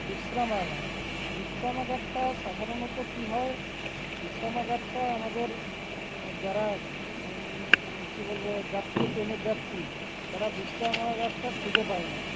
বিশ্রামাগার বিশ্রামাগারটা সাধারণত কী হয় বিশ্রামাগারটা আমাদের যারা কী বলব যাত্রী ট্রেনের যাত্রী তারা বিশ্রামাগারটা খুঁজে পায় না